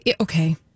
okay